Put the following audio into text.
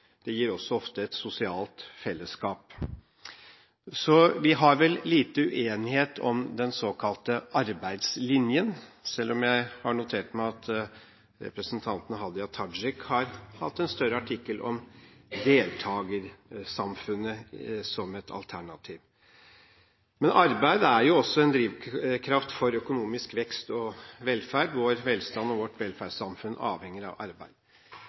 også ofte et sosialt fellesskap. Så vi har vel liten uenighet om den såkalte arbeidslinjen, selv om jeg har notert meg at representanten Hadia Tajik har hatt en større artikkel om deltakersamfunnet som et alternativ. Arbeid er også en drivkraft for økonomisk vekst og velferd. Vår velstand og vårt velferdssamfunn avhenger av arbeid.